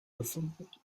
gefunden